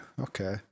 okay